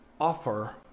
offer